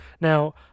Now